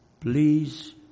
Please